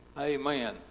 Amen